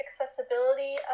accessibility